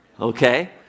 Okay